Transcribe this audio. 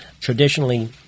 Traditionally